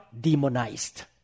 demonized